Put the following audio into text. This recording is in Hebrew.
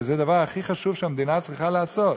וזה הדבר הכי חשוב שהמדינה צריכה לעשות.